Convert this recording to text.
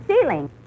ceiling